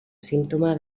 símptoma